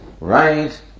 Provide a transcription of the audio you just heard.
right